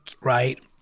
right